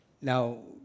now